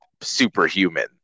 superhuman